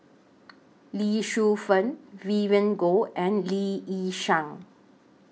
Lee Shu Fen Vivien Goh and Lee Yi Shyan